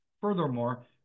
Furthermore